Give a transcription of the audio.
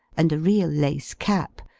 and a real lace cap,